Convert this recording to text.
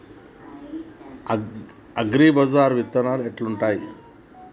అగ్రిబజార్ల విత్తనాలు ఎట్లుంటయ్?